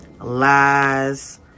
lies